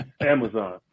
Amazon